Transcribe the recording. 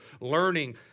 learning